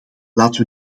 laten